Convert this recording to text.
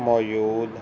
ਮੌਜੂਦ